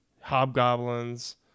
Hobgoblins